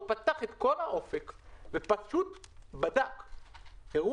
פתח את כל האופק ופשוט בדק אירוע-אירוע,